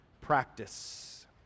practice